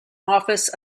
office